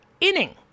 inning